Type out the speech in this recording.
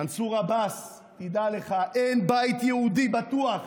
מנסור עבאס, תדע לך, אין בית יהודי בטוח